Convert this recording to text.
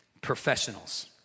professionals